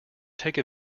take